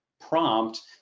prompt